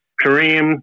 Kareem